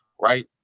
right